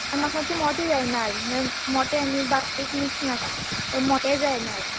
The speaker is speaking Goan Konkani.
आं म्हाका मात्शे मोटे जाय नाल्ल म्हळ्या मोटे आनी बारीक मिक्स नाका मोटे जाय नाल